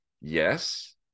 Yes